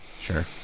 Sure